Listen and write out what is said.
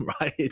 right